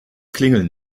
klingeln